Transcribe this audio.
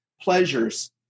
pleasures